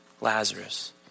Lazarus